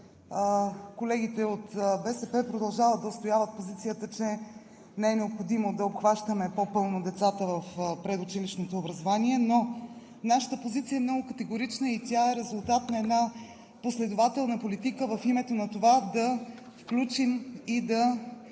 Колегите от БСП продължават да отстояват позицията, че не е необходимо да обхващаме по-пълно децата в предучилищното образование, но нашата позиция е много категорична. Тя е резултат на една последователна политика в името на това да включим и